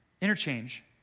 interchange